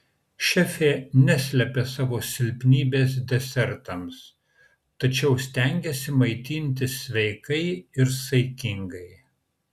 šefė neslepia savo silpnybės desertams tačiau stengiasi maitintis sveikai ir saikingai